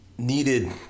needed